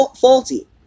faulty